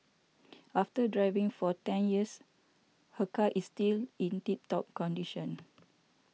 after driving for ten years her car is still in tip top condition